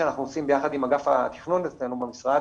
שאנחנו עושים ביחד עם אגף התכנון אצלנו במשרד,